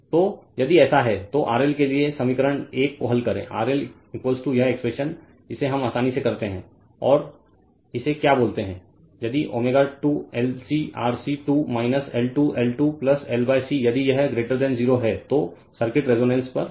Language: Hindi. तो यदि ऐसा है तो RL के लिए समीकरण 1 को हल करें RL यह एक्सप्रेशन इसे हम आसानी से करते हैं और इसे क्या बोलते है यदि ω2 LC RC 2 L2 L 2 L C यदि यह 0 है तो सर्किट रेजोनेंस पर है